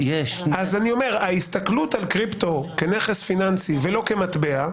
אני אומר שההסתכלות על קריפטו כנכס פיננסי ולא כמטבע,